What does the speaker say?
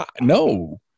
No